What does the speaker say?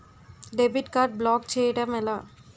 Debit card block చేయటం ఎలా?